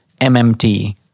MMT